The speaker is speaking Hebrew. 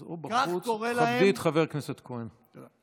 אז או בחוץ, תכבדי את חבר הכנסת כהן.